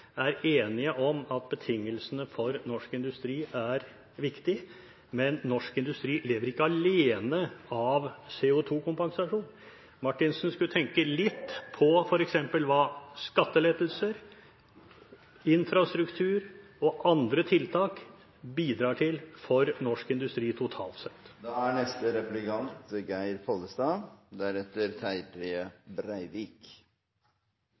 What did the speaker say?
er enige om at betingelsene for norsk industri er viktige. Men norsk industri lever ikke alene av CO2-kompensasjon. Marthinsen skulle tenke litt på hva f.eks. skattelettelser, infrastruktur og andre tiltak bidrar med for norsk industri totalt sett.